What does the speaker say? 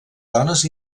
dones